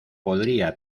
podría